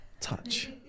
Touch